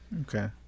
Okay